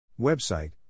Website